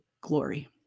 glory